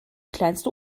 kleinste